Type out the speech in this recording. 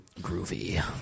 Groovy